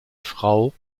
frau